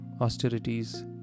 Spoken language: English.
austerities